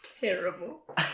terrible